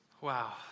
Wow